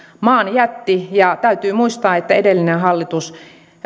maan jätti ja täytyy muistaa että edellinen hallitus